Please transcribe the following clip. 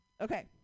Okay